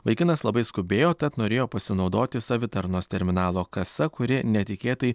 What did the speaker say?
vaikinas labai skubėjo tad norėjo pasinaudoti savitarnos terminalo kasa kuri netikėtai